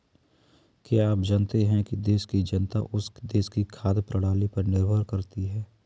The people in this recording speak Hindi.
क्या आप जानते है एक देश की जनता उस देश की खाद्य प्रणाली पर निर्भर करती है?